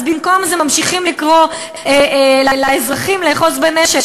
אז במקום זה ממשיכים לקרוא לאזרחים לאחוז בנשק.